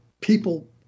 people